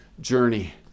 journey